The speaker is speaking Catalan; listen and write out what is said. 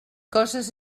coses